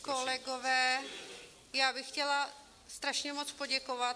Vážení kolegové, já bych chtěla strašně moc poděkovat.